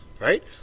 right